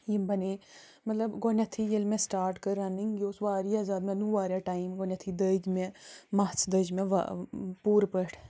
یِم بنٲے مطلب گۄڈٕنٮ۪تھٕے ییٚلہِ مےٚ سٹاٹ کٔر رَنٕنۍ یہِ اوس وارِیاہ زیادٕ مےٚ نیو وارِیاہ ٹایم گۄڈٕنٮ۪تھٕے دٔگۍ مےٚ مَژھ دٔجۍ مےٚ وۄنۍ پورٕ پٲٹھۍ